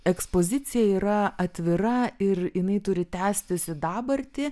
ekspozicija yra atvira ir jinai turi tęstis į dabartį